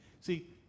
See